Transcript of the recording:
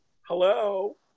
hello